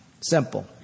Simple